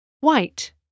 White